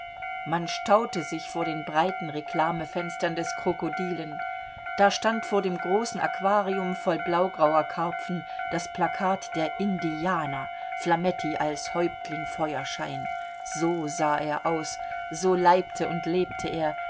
man staute sich vor den breiten reklamefenstern des krokodilen da stand vor dem großen aquarium voll blaugrauer karpfen das plakat der indianer flametti als häuptling feuerschein so sah er aus so leibte und lebte er